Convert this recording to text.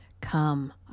Come